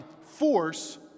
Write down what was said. force